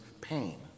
pain